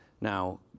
Now